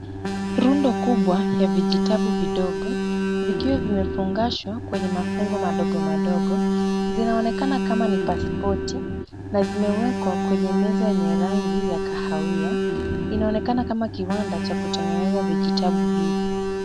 Rundo kubwa la vijitabu vidogo, vikiwa vimefungashwa kwenye mafungo madogo madogo. Zinaonekana kama ni pasipoti na zimewekwa kwenye meza yenye rangi ya kahawia. Inaonekana kama kiwanda cha kutengeneza vijitabu hivyo.